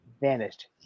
vanished